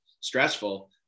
stressful